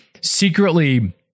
secretly